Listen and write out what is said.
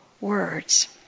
words